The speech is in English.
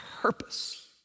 purpose